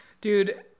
Dude